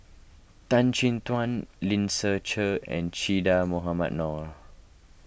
Tan Chin Tuan Lim Ser Cher and Che Dah Mohamed Noor